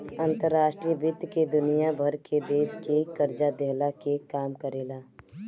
अंतर्राष्ट्रीय वित्त दुनिया भर के देस के कर्जा देहला के काम करेला